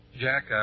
Jack